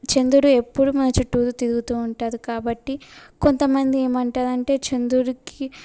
చంద్రుడు ఎప్పుడూ మన చుట్టూరు తిరుగుతూ ఉంటాడు కాబట్టి కొంత మంది ఏమంటారు అంటే చంద్రుడికి